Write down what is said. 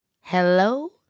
hello